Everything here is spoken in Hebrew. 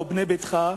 או "בנה ביתך",